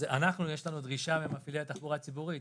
לנו יש דרישה ממפעילי התחבורה הציבורית.